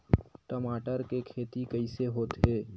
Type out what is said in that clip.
टमाटर के खेती कइसे होथे?